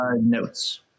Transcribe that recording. Notes